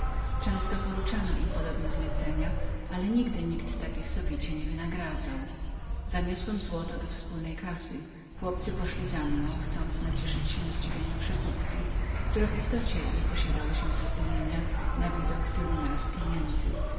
często poruczano im podobne zlecenia ale nigdy nikt ich tak sowicie nie wynagradzał zaniosłem złoto do wspólnej kassy chłopcy poszli za mną chcąc nacieszyć się zadziwieniem przekupki która w istocie nie posiadała się na widok tylu na raz pieniędzy